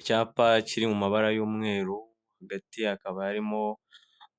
Icyapa kiri mu mabara y'umweru hagati hakaba harimo